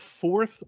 fourth